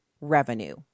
revenue